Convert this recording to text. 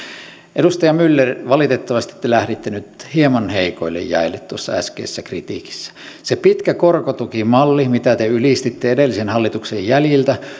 edustaja myller valitettavasti te lähditte nyt hieman heikoille jäille tuossa äskeisessä kritiikissä se pitkä korkotukimalli mitä te ylistitte edellisen hallituksen jäljiltä